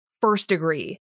first-degree